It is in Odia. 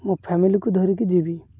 ମୋ ଫ୍ୟାମିଲିକୁ ଧରିକି ଯିବି